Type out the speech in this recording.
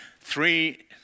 Three